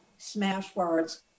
Smashwords